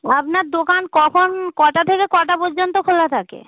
আপনার দোকান কখন কটা থেকে কটা পর্যন্ত খোলা থাকে